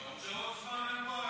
אתה רוצה עוד זמן?